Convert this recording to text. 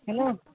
hello